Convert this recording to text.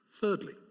Thirdly